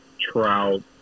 trout